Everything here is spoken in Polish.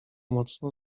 mocno